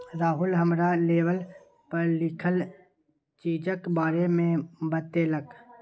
राहुल हमरा लेवल पर लिखल चीजक बारे मे बतेलक